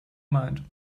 mind